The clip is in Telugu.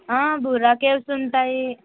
ఆ బుర్రా కేవ్స్ ఉంటాయి